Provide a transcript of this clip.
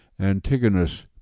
Antigonus